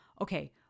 okay